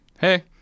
Hey